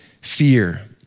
fear